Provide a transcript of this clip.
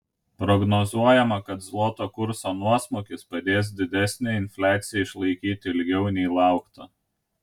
prognozuojama kad zloto kurso nuosmukis padės didesnę infliaciją išlaikyti ilgiau nei laukta